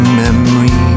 memory